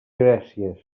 gràcies